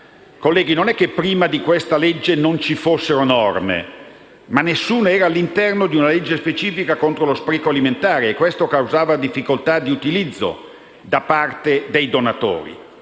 Colleghi, non è che prima di questa legge non ci fossero norme, ma nessuna era all'interno di una legge specifica contro lo spreco alimentare e questo causava difficoltà di utilizzo da parte dei donatori.